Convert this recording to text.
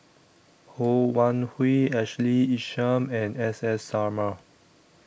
Ho Wan Hui Ashley Isham and S S Sarma